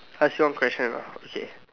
I ask you one question ah okay